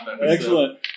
Excellent